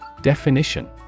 Definition